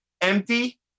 empty